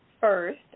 first